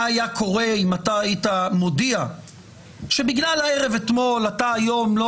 מה היה קורה אם אתה היית מודיע שבגלל הערב אתמול אתה היום לא